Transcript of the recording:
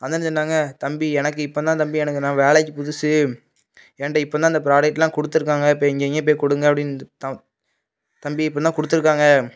அந்த அண்ணன் சொன்னாங்க தம்பி எனக்கு இப்போது தான் தம்பி எனக்கு நான் வேலைக்கு புதுசு என்ட்டே இப்போது தான் அந்த ப்ராடக்ட்டுலாம் கொடுத்துருக்காங்க இப்போ இங்கங்கே போய் கொடுங்க அப்டின்னு தம்பி இப்போது தான் கொடுத்துருக்காங்க